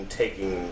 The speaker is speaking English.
taking